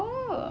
oh